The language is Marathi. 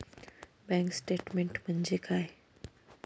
बँक स्टेटमेन्ट म्हणजे काय?